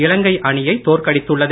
இலங்கை அணியை தோற்கடித்துள்ளது